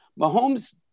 Mahomes